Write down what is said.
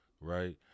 right